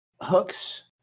Hooks